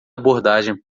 abordagem